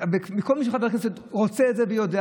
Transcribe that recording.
כל מי שחבר כנסת רוצה את זה ויודע.